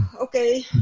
okay